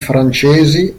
francesi